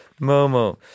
Momo